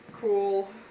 Cool